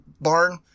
barn